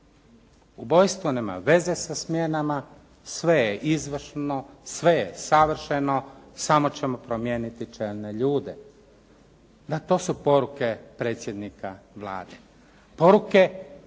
ubojstvo nema veze sa smjenama, sve je izvršno, sve je savršeno samo ćemo promijeniti čelne ljude. Da, to su poruke predsjednika Vlade. Poruke gdje